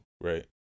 Right